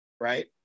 right